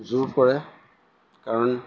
জোৰ পৰে কাৰণ